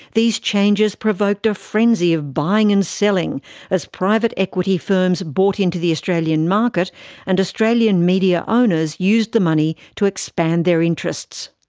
these changes provoked a frenzy of buying and selling as private equity firms bought into the australian market and australian media owners used the money to expand their interests.